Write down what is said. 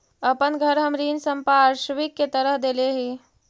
अपन घर हम ऋण संपार्श्विक के तरह देले ही